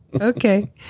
Okay